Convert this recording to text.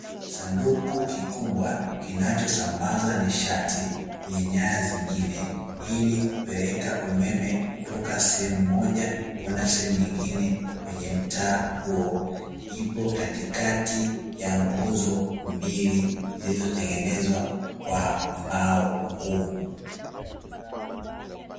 Kisanduku kikubwa kinachosambaza nishati kwenye nyaya zingine ili kupeleka umeme kutoka sehemu mmoja kwenda sehemu nyingine kwenye mtaa huo ipo katikati ya nguzo mbili zilizotengenezwa kwa mbao ngumu.